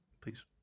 Please